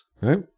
right